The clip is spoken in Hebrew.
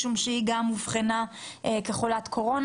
משום שגם היא אובחנה כחולת קורונה,